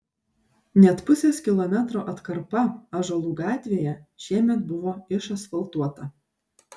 net pusės kilometro atkarpa ąžuolų gatvėje šiemet buvo išasfaltuota